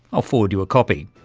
i'll forward you a copy.